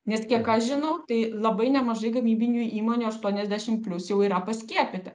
nes kiek aš žinau tai labai nemažai gamybinių įmonių aštuoniasdešimt plius jau yra paskiepyti